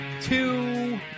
two